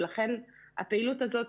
ולכן הפעילות הזאת